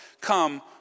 come